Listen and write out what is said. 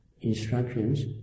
instructions